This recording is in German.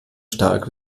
stark